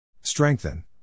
Strengthen